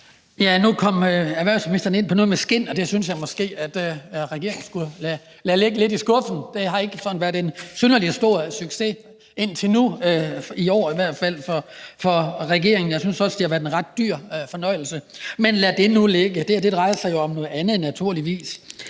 Nu kom erhvervsministeren ind på noget med skind, og det synes jeg måske at regeringen skulle lade ligge lidt i skuffen. Det har ikke sådan været en synderlig stor succes indtil nu i år i hvert fald for regeringen. Jeg synes også, at det har været en ret dyr fornøjelse, men lad det nu ligge. Det her drejer sig jo om noget andet, naturligvis.